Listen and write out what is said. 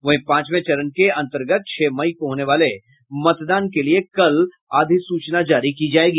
वहीं पांचवे चरण के अंतर्गत छह मई को होने वाले मतदान के लिए कल अधिसूचना जारी की जायेगी